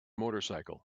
motorcycle